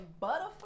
butterfly